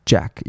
Jack